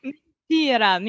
Mentira